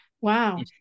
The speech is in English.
Wow